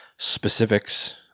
Specifics